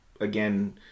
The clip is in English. again